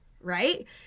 right